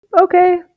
Okay